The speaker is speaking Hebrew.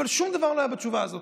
אבל שום דבר לא היה בתשובה הזאת.